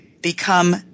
become